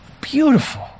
beautiful